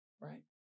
right